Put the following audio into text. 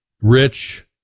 rich